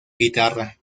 guitarra